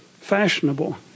fashionable